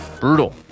Brutal